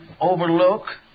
overlook